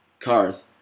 Karth